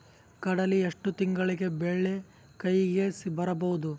ಕಡಲಿ ಎಷ್ಟು ತಿಂಗಳಿಗೆ ಬೆಳೆ ಕೈಗೆ ಬರಬಹುದು?